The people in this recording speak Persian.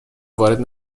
وارد